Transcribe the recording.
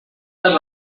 las